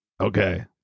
Okay